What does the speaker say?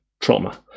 trauma